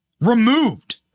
removed